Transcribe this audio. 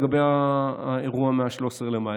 לגבי האירוע מ-13 במאי,